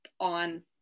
on